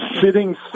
sitting